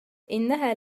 إنها